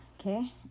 okay